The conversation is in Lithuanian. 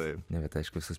tai ne bet aišku visos